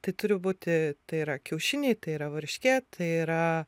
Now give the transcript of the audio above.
tai turi būti tai yra kiaušiniai tai yra varškė tai yra